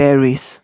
Paris